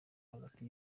hagati